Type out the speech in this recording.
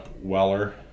Weller